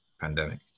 pandemic